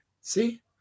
See